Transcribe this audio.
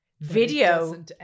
Video